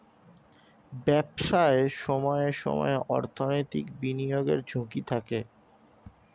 ব্যবসায় সময়ে সময়ে অর্থনৈতিক বিনিয়োগের ঝুঁকি থাকে